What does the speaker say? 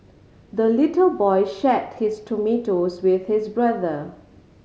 the little boy share his tomatoes with his brother